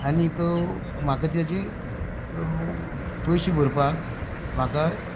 आनीक म्हाका तेजे पयशे भरपाक म्हाका